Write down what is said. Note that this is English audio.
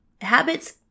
Habits